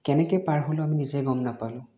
কেনেকৈ পাৰ হ'লো আমি নিজে গম নাপালোঁ